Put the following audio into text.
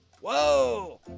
Whoa